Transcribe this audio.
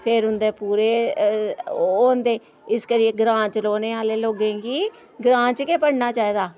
फिर उं'दे पूरे ओह् होंदे इस करियै ग्रां च रौह्ने आह्ले लोकें गी ग्रां च गै पढ़ना चाहिदा